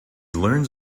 learns